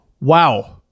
Wow